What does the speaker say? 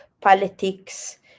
politics